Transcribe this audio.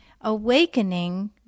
awakening